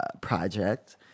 project